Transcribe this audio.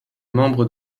membre